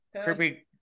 creepy